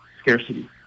scarcity